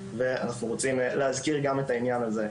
ואנחנו רוצים להזכיר גם את העניין הזה,